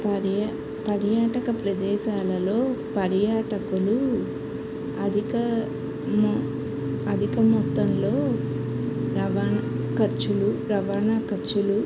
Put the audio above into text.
పర్యా పర్యాటక ప్రదేశాలలో పర్యాటకులు అధిక ము అధిక మొత్తంలో రవాణా ఖర్చులు రవాణా ఖర్చులు